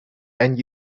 and